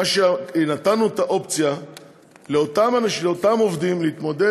נתנו את האופציה לאותם עובדים להתמודד